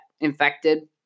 infected